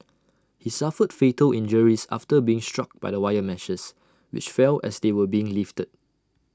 he suffered fatal injuries after being struck by the wire meshes which fell as they were being lifted